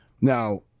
Now